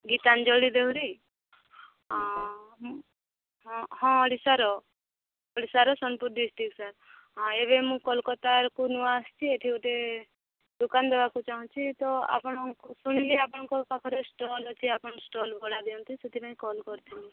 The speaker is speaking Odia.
ଗୀତାଞ୍ଜଳି ଦେହୁରୀ ହଁ ଓଡ଼ିଶାର ଓଡ଼ିଶାର ସୋନପୁର ଡିଷ୍ଟିକ୍ ସାର୍ ହଁ ଏବେ ମୁଁ କୋଲକତା କୁ ନୂଆ ଆସିଛି ଏଇଠି ଗୋଟେ ଦୋକାନ ଦେବାକୁ ଚାହୁଁଛି ତ ଆପଣଙ୍କୁ ଶୁଣିଲି ଆପଣଙ୍କ ପାଖରେ ଷ୍ଟଲ୍ ଅଛି ଆପଣ ଷ୍ଟଲ୍ ଭଡ଼ା ଦିଅନ୍ତି ସେଥିପାଇଁ କଲ୍ କରିଥିଲି